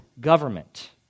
government